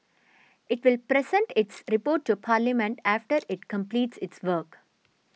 it will present its report to Parliament after it completes its work